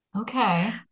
Okay